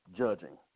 judging